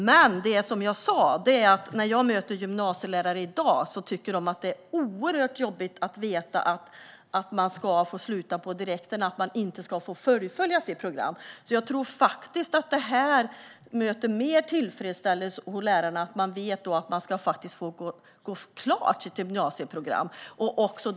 Men det som jag sa var att när jag möter gymnasielärare i dag tycker de att det är oerhört jobbigt att veta att elever kan få sluta på direkten och inte fullfölja sitt program. Jag tror faktiskt att detta möter större tillfredsställelse hos lärarna. De vet att eleverna får gå kvar på sitt gymnasieprogram.